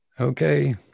Okay